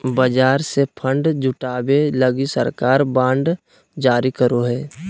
बाजार से फण्ड जुटावे लगी सरकार बांड जारी करो हय